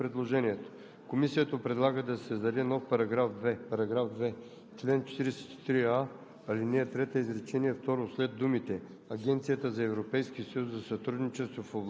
Предложение от народния представител Пламен Нунев и група народни представители. Комисията подкрепя предложението. Комисията предлага да се създаде нов § 2: „§ 2. В чл. 43а,